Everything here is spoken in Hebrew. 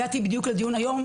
הגעתי בדיוק לדיון היום,